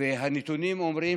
עדיין